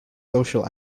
social